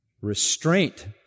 Restraint